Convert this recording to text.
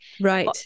right